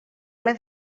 ple